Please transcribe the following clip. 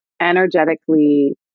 energetically